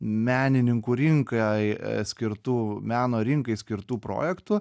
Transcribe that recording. menininkų rinkai skirtų meno rinkai skirtų projektų